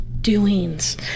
doings